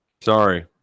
Sorry